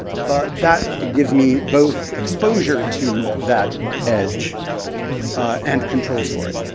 but that gives me both exposure to that edge and controls for it.